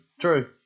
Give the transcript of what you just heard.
True